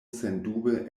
sendube